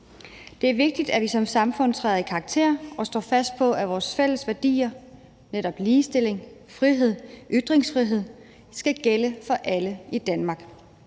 Det er vigtigt, at vi som samfund træder i karakter og står fast på, at vores fælles værdier, ligestilling, frihed, ytringsfrihed, skal gælde for alle i Danmark.